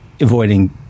Avoiding